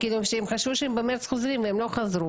הם חשבו שבמרץ הם יחזרו לאוקראינה והם לא חזרו.